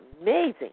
amazing